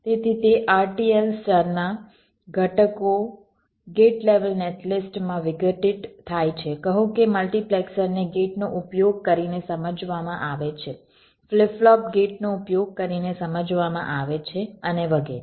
તેથી તે RTL સ્તરના ઘટકો ગેટ લેવલ નેટલિસ્ટમાં વિઘટિત થાય છે કહો કે મલ્ટિપ્લેક્સરને ગેટનો ઉપયોગ કરીને સમજવામાં આવે છે ફ્લિપ ફ્લોપ ગેટનો ઉપયોગ કરીને સમજવામાં આવે છે અને વગેરે